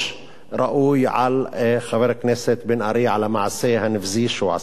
ראוי על חבר הכנסת בן-ארי על המעשה הנבזי שהוא עשה.